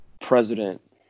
president